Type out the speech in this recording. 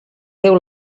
déu